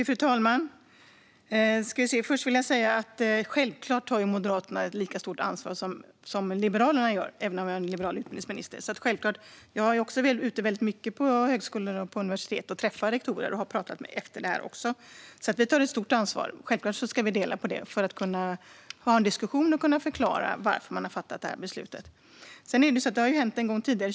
Fru talman! Först vill jag säga att Moderaterna självklart tar ett lika stort ansvar som Liberalerna, även om vi har en liberal utbildningsminister. Jag är också väldigt mycket ute på högskolor och universitet och träffar rektorer. Vi tar alltså ett stort ansvar. Självklart ska vi dela på det för att kunna ha en diskussion och kunna förklara varför detta beslut har fattats. Detta har hänt en gång tidigare.